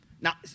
Now